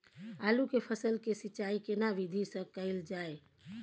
आलू के फसल के सिंचाई केना विधी स कैल जाए?